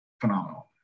phenomenal